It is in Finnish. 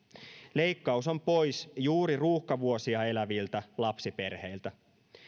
leikkaus on pois juuri ruuhkavuosia eläviltä lapsiperheiltä